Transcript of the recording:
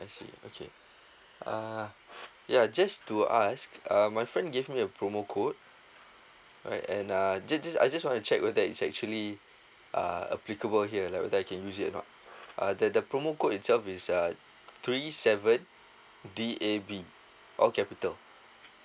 I see okay uh ya just to ask um my friend give me a promo code alright and uh just just I just want to check whether it's actually uh applicable here like whether I can use it or not uh the the promo code itself is uh three seven D A B all capital